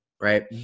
Right